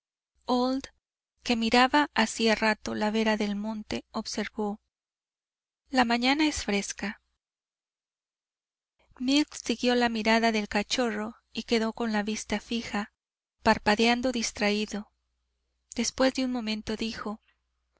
que miraba hacía rato la vera del monte observó la mañana es fresca milk siguió la mirada del cachorro y quedó con la vista fija parpadeando distraído después de un momento dijo